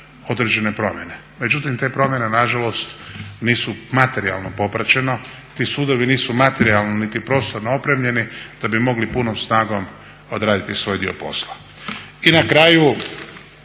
određene promjene. Međutim, te promjene nažalost nisu materijalno popraćene, ti sudovi nisu materijalno niti prostorno opremljeni da bi mogli punom snagom odraditi svoj dio posla. I na kraju